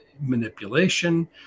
manipulation